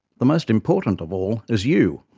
the most important of all is you,